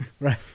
Right